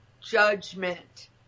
judgment